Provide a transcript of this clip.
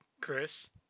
Chris